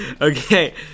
Okay